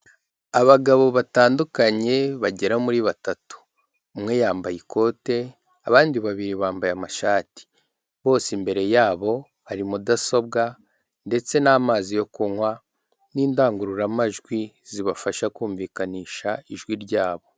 Abagabo batandukanye bagera muri batatu. Umwe yambaye ikote, abandi babiri bambaye amashati. Bose imbere yabo hari mudasobwa ndetse n'amazi yo kunywa, n'indangururamajwi zibafasha kumvikanisha ijwi ryabo.